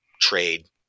trade